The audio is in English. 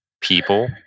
people